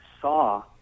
saw